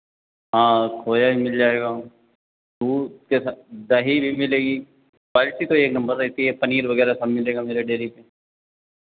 हाँ खोया भी मिल जाएगा दूध के साथ दही भी मिलेगी क्वालिटी तो एक नंबर रहती है पनीर वगैरह सब मिलेगा मेरे डेरी पे